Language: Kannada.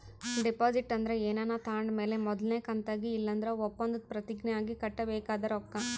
ಡೆಪಾಸಿಟ್ ಅಂದ್ರ ಏನಾನ ತಾಂಡ್ ಮೇಲೆ ಮೊದಲ್ನೇ ಕಂತಾಗಿ ಇಲ್ಲಂದ್ರ ಒಪ್ಪಂದುದ್ ಪ್ರತಿಜ್ಞೆ ಆಗಿ ಕಟ್ಟಬೇಕಾದ ರೊಕ್ಕ